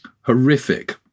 horrific